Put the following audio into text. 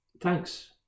Thanks